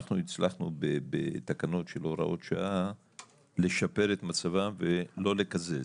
אנחנו הצלחנו בתקנות של הוראות שעה לשפר את מצבם ולא לקזז,